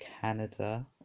Canada